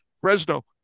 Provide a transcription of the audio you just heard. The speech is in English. Fresno